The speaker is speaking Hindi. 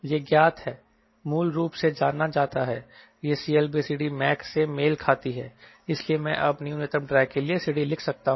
यह ज्ञात है मूल रूप से जाना जाता है यह CLCDmaxसे मेल खाती है इसलिए मैं अब न्यूनतम ड्रैग के लिए CD लिख सकता हूं